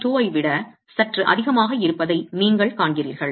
2 ஐ விட சற்று அதிகமாக இருப்பதை நீங்கள் காண்கிறீர்கள்